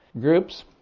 groups